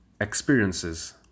experiences